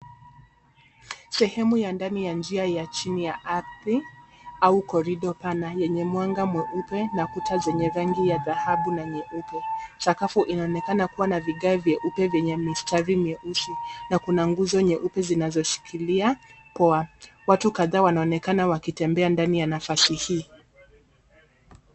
Sehemu ya ndani ya njia ya chini ya ardhi au korido pana, yenye mwanga mweupe na kuta zenye rangi ya dhahabu na nyeupe. Sakafu inaonekana kuwa na vigae vyeupe venye mistari mieusi, na kuna nguzo nyeupe zinazoshikilia poa. Watu kadhaa wanaonekana wakitembea ndani ya nafasi hii.